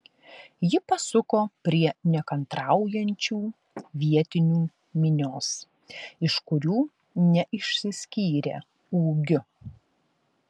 ji pasuko prie nekantraujančių vietinių minios iš kurių neišsiskyrė ūgiu